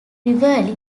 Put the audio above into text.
rivalry